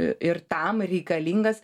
ir tam reikalingas